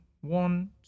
One